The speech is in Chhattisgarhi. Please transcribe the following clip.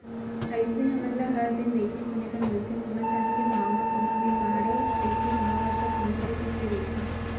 अइसने हमन ल हर दिन देखे सुने बर मिलथे सोना चाँदी के भाव म कोनो दिन बाड़हे रहिथे भाव ह ता कोनो दिन उतरे रहिथे